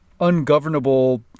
ungovernable